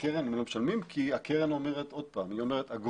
לקרן הם לא משלמים, כי הקרן אומרת: אגרות,